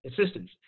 assistance